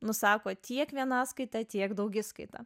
nusako tiek vienaskaitą tiek daugiskaitą